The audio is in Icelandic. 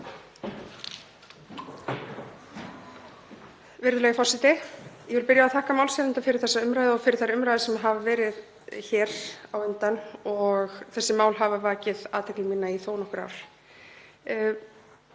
Virðulegi forseti. Ég vil byrja á að þakka málshefjanda fyrir þessa umræðu og fyrir þær umræður sem hafa verið hér á undan. Þessi mál hafa vakið athygli mína í þó nokkur ár.